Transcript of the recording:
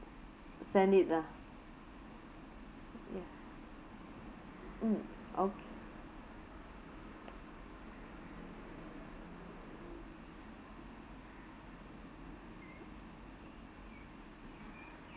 send it lah ya mm okay